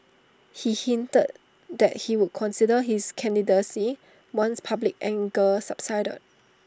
he hinted that he would consider his candidacy once public anger subsided